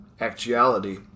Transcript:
actuality